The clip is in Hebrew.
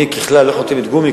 אני ככלל לא חותמת גומי,